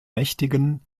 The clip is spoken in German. mächtigen